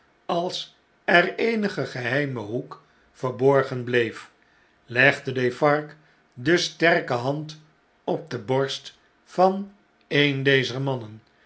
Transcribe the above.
als er eenige geheime hoek verborgen bleef legde defarge de sterke hand op de borst van een dezer mannen